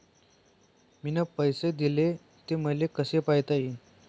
मिन पैसे देले, ते मले कसे पायता येईन?